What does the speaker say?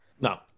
No